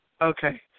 Okay